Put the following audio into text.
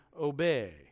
obey